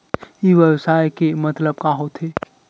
ई व्यवसाय के मतलब का होथे?